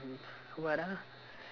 what ah